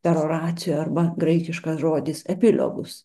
peroracio arba graikiškas žodis epilogus